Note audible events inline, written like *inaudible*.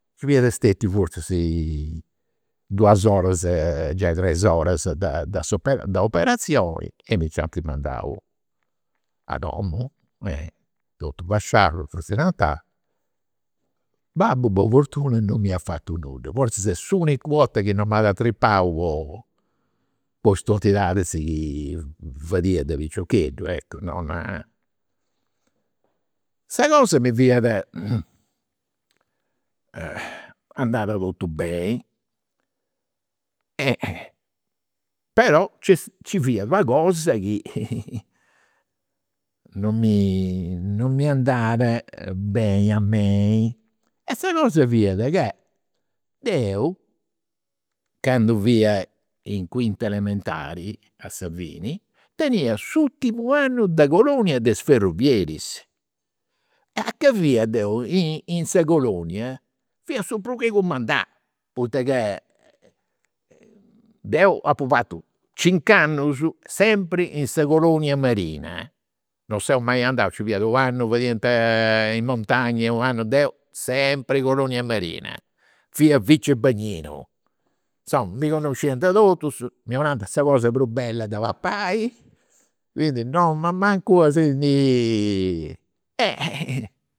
Nci fia stetiu forzis duas oras giai tres oras de *hesitation* de operazioni e mi nci ant mandau a domu. Totu fasciau totu tesinantau. Babbu po fortuna non m'iat fatu nudda, forzis est s'unica 'orta chi non m'at atripau po *hesitation* po is tontidadis chi fadia de piciocheddu eccu, non. Sa cosa mi fiat *noise* andat totu beni *hesitation* però nci fiat una cosa chi *laughs* non mi non mi andat beni a mei. E sa cosa fiat ca deu candu fia in quinta elementari, a sa fini, tenia s'urtimu annu de colonia de is ferrovieris. A ca fia deu, in sa colonia, fia su chi prus cumandau, poita, deu apu fatu cinc'annus *unintelligible* in sa colonia marina. Non seu mai andau, nci fiat u' annu fadiant in montagna u'annu, deu sempri colonia marina. Fia vice bagnino, insoma mi connosciant totus, mi 'onant sa cosa prus bella de papai, quindi non ma mancu a si ndi. *hesitation* *laughs*